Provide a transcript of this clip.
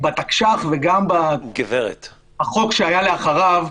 בתקש"ח וגם בחוק שהיה לאחריו,